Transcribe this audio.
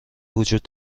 وجود